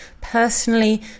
personally